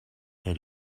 elle